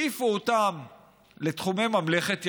העיפו אותם לתחומי ממלכת ירדן,